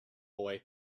boy